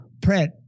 print